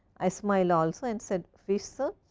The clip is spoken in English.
i smiled also and said, fish, so